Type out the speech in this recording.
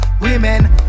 women